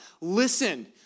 Listen